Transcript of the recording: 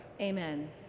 Amen